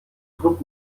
trup